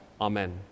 amen